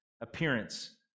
appearance